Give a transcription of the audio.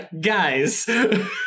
guys